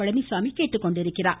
பழனிசாமி கேட்டுக்கொண்டுள்ளார்